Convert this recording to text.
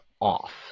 off